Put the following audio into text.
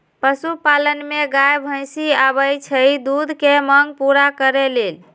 पशुपालन में गाय भइसी आबइ छइ दूध के मांग पुरा करे लेल